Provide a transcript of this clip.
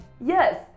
yes